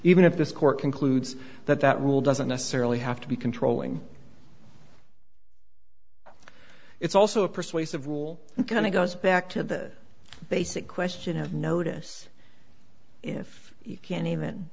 even if this court concludes that that rule doesn't necessarily have to be controlling it's also a persuasive rule and kind of goes back to the basic question of notice if you can't even